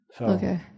Okay